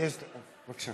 בבקשה.